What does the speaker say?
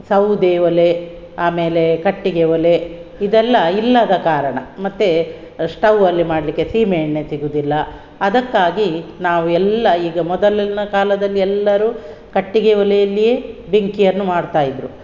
ಸೌದೆ ಒಲೆ ಆಮೇಲೆ ಕಟ್ಟಿಗೆ ಒಲೆ ಇದೆಲ್ಲ ಇಲ್ಲದ ಕಾರಣ ಮತ್ತೆ ಸ್ಟೌವಲ್ಲಿ ಮಾಡಲಿಕ್ಕೆ ಸೀಮೆಎಣ್ಣೆ ಸಿಗೋದಿಲ್ಲ ಅದಕ್ಕಾಗಿ ನಾವು ಎಲ್ಲ ಈಗ ಮೊದಲಿನ ಕಾಲದಲ್ಲಿ ಎಲ್ಲರು ಕಟ್ಟಿಗೆ ಒಲೆಯಲ್ಲಿಯೇ ಬೆಂಕಿಯನ್ನು ಮಾಡ್ತಾಯಿದ್ದರು